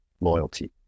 loyalty